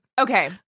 Okay